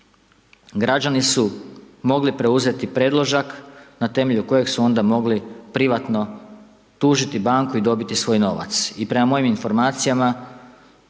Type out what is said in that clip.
građani su mogli preuzeti predložak, na temelju kojeg su onda mogli privatno tužiti banku i dobiti svoj novac i prema mojim informacijama,